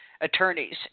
attorneys